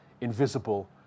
invisible